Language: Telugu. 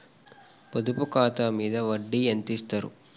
పొదుపు ఖాతా మీద వడ్డీ ఎంతిస్తరు?